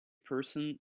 person